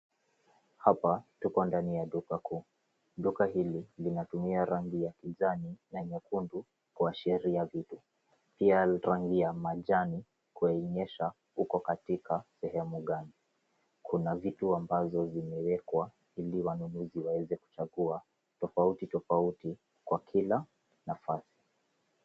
Hapa, tuko ndani ya duka kuu. Duka hili linatumia rangi ya kijani na nyekundu kuashiria vitu. Pia rangi ya majani kuonyesha uko katika sehemu gani. Kuna vitu ambazo zimewekwa ili wanunuzi waweze kuchagua tofauti tofauti kwa kila nafasi.